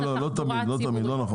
לא, לא תמיד, לא נכון.